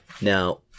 Now